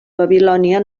babilònia